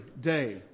day